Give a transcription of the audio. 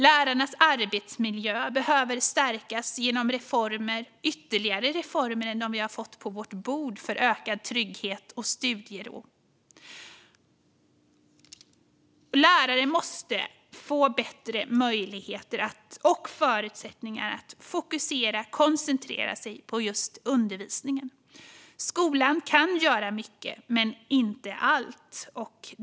Lärarnas arbetsmiljö behöver stärkas genom ytterligare reformer än de som vi har fått på vårt bord för ökad trygghet och studiero. Lärare måste även få bättre möjligheter och förutsättningar att fokusera och koncentrera sig på just undervisningen. Skolan kan göra mycket men inte allt.